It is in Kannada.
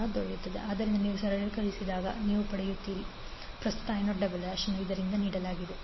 176A ಆದ್ದರಿಂದ ನೀವು ಸರಳೀಕರಿಸಿದಾಗ ನೀವು ಪಡೆಯುತ್ತೀರಿ ಪ್ರಸ್ತುತ I0 ಅನ್ನು ಇವರಿಂದ ನೀಡಲಾಗಿದೆ I0 I2 2